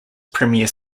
premier